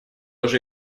уже